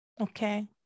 Okay